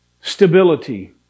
stability